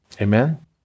Amen